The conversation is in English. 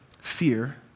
Fear